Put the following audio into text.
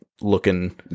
looking